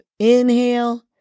Inhale